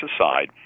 aside